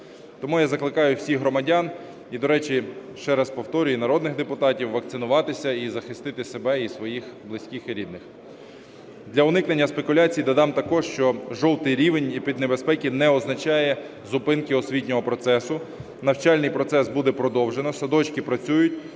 Тому я закликаю всіх громадян, і до речі, ще раз повторюю, і народних депутатів, вакцинуватися і захистити себе, і своїх близьких і рідних. Для уникнення спекуляцій додам також, що жовтий рівень небезпеки не означає зупинки освітнього процесу. Навчальний процес буде продовжено, садочки працюють,